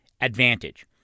Advantage